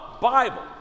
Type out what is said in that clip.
Bible